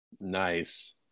Nice